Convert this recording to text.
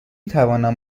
توانم